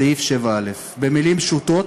סעיף 7א. במילים פשוטות: